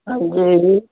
ਹਾਂਜੀ ਜੀ